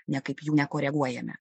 niekaip jų nekoreguojame